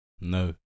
No